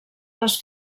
les